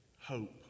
Hope